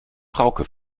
frauke